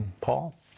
Paul